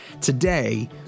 today